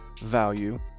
value